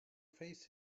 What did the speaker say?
face